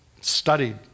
studied